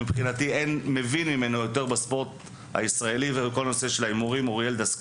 שמבחינתי אין מבין ממנו יותר בספורט הישראלי ובכל נושא ההימורים.